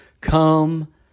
Come